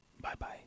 Bye-bye